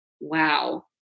wow